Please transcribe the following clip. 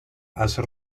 hace